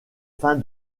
fin